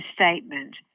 Statement